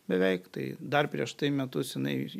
beveik tai dar prieš tai metus jinai